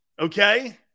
Okay